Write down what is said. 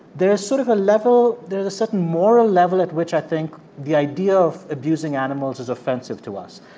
there's sort of a level. there's a certain moral level at which i think the idea of abusing animals is offensive to us.